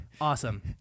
awesome